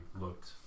looked